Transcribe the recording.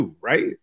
right